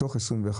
אנחנו